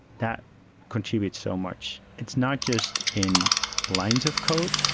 that contributes so much it's not just in lines of code,